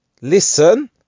Listen